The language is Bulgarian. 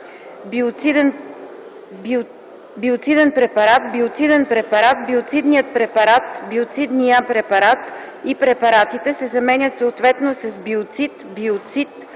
„Биоциден препарат”, „биоциден препарат”, „биоцидният препарат”, „биоцидния препарат” и „препаратите” се заменят съответно с „Биоцид”, „биоцид”,